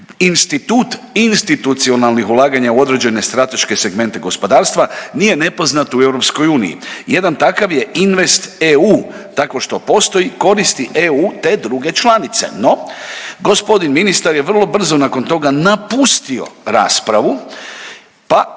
institut institucionalnih ulaganja u određene strateške segmente gospodarstva, nije nepoznat u EU. Jedan takav je Invest EU takvo što postoji, koristi EU te druge članice. No gospodin ministar je vrlo brzo nakon toga napustio raspravu pa